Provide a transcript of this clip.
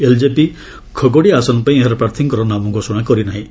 LJP Khagaria ଆସନପାଇଁ ଏହାର ପ୍ରାର୍ଥୀଙ୍କର ନାମ ଘୋଷଣା କରି ନାହିଁ